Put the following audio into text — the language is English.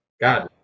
God